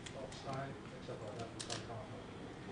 דבר שפוגע להם באיכות החיים ובאופציות הטיפוליות.